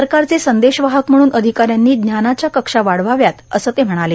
सरकारचे संदेश वाहक म्हणून अधिकाऱ्यांनी ज्ञानाची कक्षा वाढवावी असं ते म्हणाले